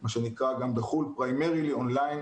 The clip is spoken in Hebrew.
מה שנקרא גם בחו"ל primarily online.